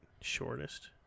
shortest